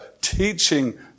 teaching